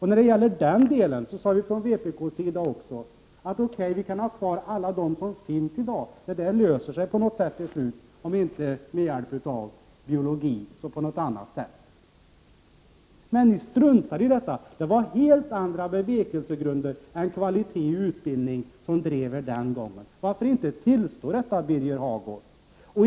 I det avseendet sade vi från vpk också: Okej, vi kan ha kvar alla tjänstekategorier som finns i dag. Det problemet löser sig på något sätt till slut, om inte med hjälp av biologin så på något annat sätt. Men moderaterna struntade i detta. Det var helt andra bevekelsegrunder än kvaliteten i utbildningen som drev moderaterna den gången. Varför inte tillstå detta, Birger Hagård?